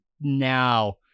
now